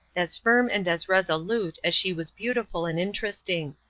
as firm and as resolute as she was beautiful and interesting.